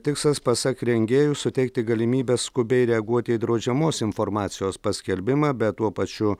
tikslas pasak rengėjų suteikti galimybę skubiai reaguoti į draudžiamos informacijos paskelbimą bet tuo pačiu